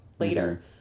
Later